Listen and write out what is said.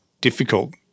difficult